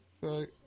Right